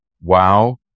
wow